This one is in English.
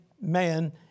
man